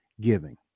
giving